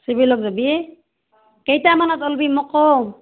চিভিলত যাবি কেইটামানত ওলাবি মোক ক